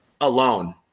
Alone